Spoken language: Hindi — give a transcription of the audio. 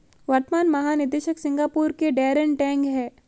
वर्तमान महानिदेशक सिंगापुर के डैरेन टैंग हैं